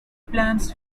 plans